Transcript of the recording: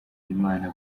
imana